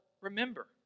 remember